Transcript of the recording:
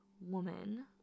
woman